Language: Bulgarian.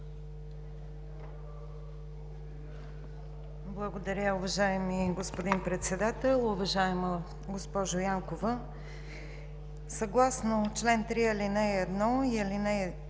Благодаря, уважаеми господин Председател. Уважаема госпожо Янкова, съгласно чл. 3, алинеи 1 и 3